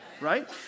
Right